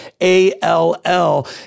A-L-L